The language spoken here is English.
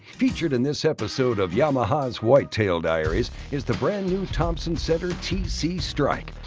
featured in this episode of yamaha whitetail diaries is the brand new thompson center tc strike,